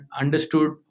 understood